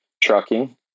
trucking